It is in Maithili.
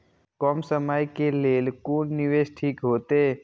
कम समय के लेल कोन निवेश ठीक होते?